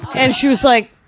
and she was like,